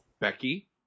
Becky